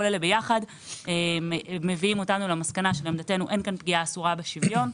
כל אלה ביחד מביאים אותנו למסקנה שלעמדתנו אין כאן פגיעה אסורה בשוויון.